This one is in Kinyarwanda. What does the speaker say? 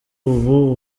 ubu